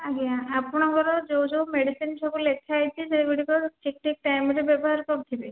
ଆଜ୍ଞା ଆପଣଙ୍କର ଯେଉଁ ଯେଉଁ ମେଡ଼ିସିନ ସବୁ ଲେଖା ହୋଇଛି ସେଗୁଡ଼ିକ ଠିକ୍ ଠିକ୍ ଟାଇମ ରେ ବ୍ୟବହାର କରୁଥିବେ